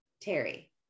Terry